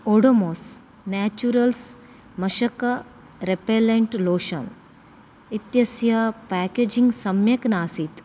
Odomos naturals मशक repellent lotion इत्यस्य packaging सम्यक् नासीत्